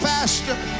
Pastor